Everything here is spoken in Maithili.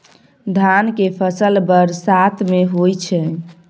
धान के फसल बरसात में होय छै?